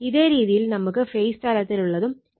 ഇതേ രീതിയിൽ നമുക്ക് ഫേസ് തലത്തിലുള്ളതും കണ്ടെത്താവുന്നതാണ്